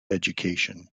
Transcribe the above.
education